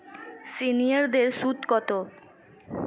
সিনিয়ারদের সুদ কত?